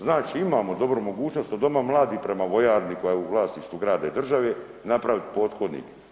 Znači imamo dobru mogućnost od doma mladih prema vojarni koja je u vlasništvu grada i države napraviti pothodnik.